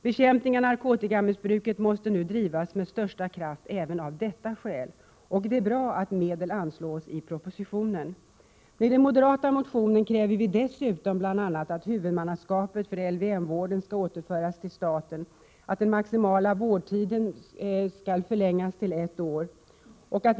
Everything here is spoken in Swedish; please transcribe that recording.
Bekämpningen av narkotikamissbruket måste nu drivas med största kraft även av detta skäl. Det är bra att medel anslås i propositionen. I den moderata partimotionen kräver vi dessutom bl.a. att huvudmannaskapet för LVM-vården återförs till staten och att den maximala vårdtiden skall förlängas till ett år.